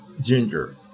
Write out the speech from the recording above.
ginger